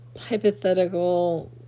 hypothetical